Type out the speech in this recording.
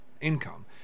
income